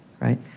right